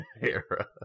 era